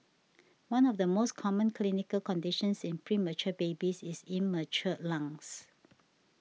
one of the most common clinical conditions in premature babies is immature lungs